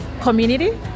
community